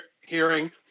hearing